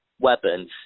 weapons